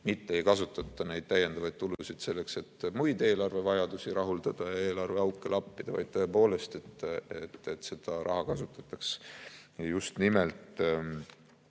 mitte ei kasutata neid täiendavaid tulusid selleks, et muid eelarvevajadusi rahuldada ja eelarveauke lappida, vaid tõepoolest, et seda raha kasutataks just nimelt